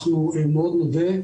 אנחנו מאוד נודה,